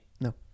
No